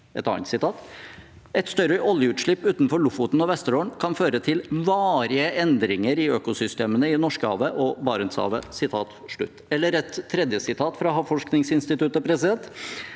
«Et større oljeutslipp utenfor Lofoten og Vesterålen kan føre til varige endringer i økosystemene i Norskehavet og Barentshavet.» Jeg har også et tredje sitat fra Havforskningsinstituttet: «Det